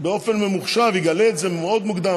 יגלה את זה באופן ממוחשב מאוד מוקדם.